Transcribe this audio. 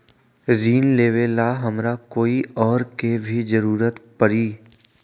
ऋन लेबेला हमरा कोई और के भी जरूरत परी?